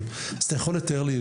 אז אתה יכול לתאר לי,